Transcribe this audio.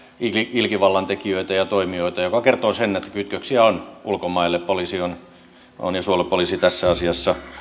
ilkivallantekijöitä ja toimijoita mikä kertoo sen että kytköksiä on ulkomaille poliisi ja suojelupoliisi ovat tässä asiassa